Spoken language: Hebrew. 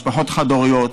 משפחות חד-הוריות,